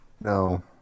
No